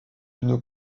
une